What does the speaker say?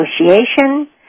negotiation